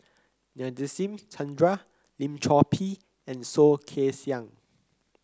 Nadasen Chandra Lim Chor Pee and Soh Kay Siang